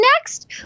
next